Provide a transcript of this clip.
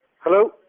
Hello